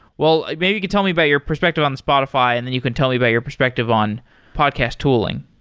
well, maybe you could tell me about your perspective on spotify and then you can tell me about your perspective on podcast tooling.